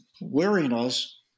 weariness